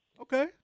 Okay